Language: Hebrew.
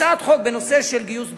הצעת חוק בנושא גיוס בנות.